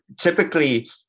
typically